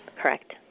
Correct